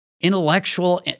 Intellectual